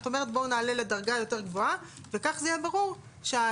את אומרת בואו נעלה לדרגה יותר גבוהה וכך זה יהיה ברור שההיערכות